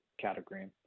category